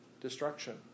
destruction